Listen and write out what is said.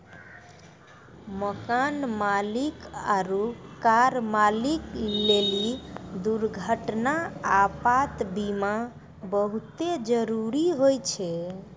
मकान मालिक आरु कार मालिक लेली दुर्घटना, आपात बीमा बहुते जरुरी होय छै